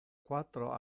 quatro